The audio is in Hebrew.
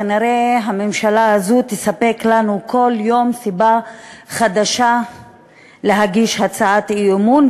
כנראה הממשלה הזאת תספק לנו כל יום סיבה חדשה להגיש הצעת אי-אמון,